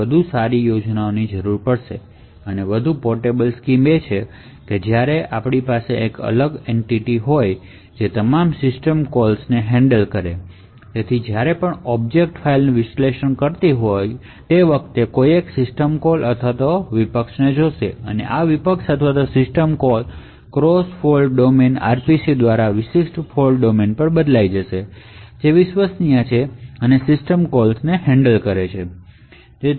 વધુ સારી અને વધુ પોર્ટેબલ સ્કીમ એ છે કે જ્યાં આપણી પાસે એક અલગ એન્ટિટી છે જે તમામ સિસ્ટમ કોલ્સને હેન્ડલ કરે છે જ્યારે પણ ઑબ્જેક્ટ ફાઇલને વિશ્લેષણ કરતી વખતે કોઈ એક સિસ્ટમ કોલ અથવા ઇનટ્રપટ જોશે આ ઇનટ્રપટ અથવા system call cross fault domain RPC દ્વારા ફોલ્ટ ડોમેન પર બદલાઈ જાય છે જે વિશ્વસનીય છે અને સિસ્ટમ કોલ્સને હેન્ડલ કરે છે